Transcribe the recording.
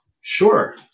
Sure